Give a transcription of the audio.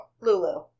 Lulu